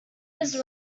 his